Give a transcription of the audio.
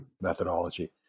methodology